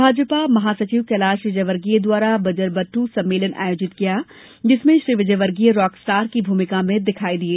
भाजपा महासचिव कैलाश विजयवर्गीय द्वारा बजरबट्ट सम्मेलन आयोजित किया गया जिसमें श्री विजयवर्गीय रॉकस्टार की भूमिका में दिखाई दिए